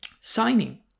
signing